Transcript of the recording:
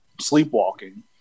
sleepwalking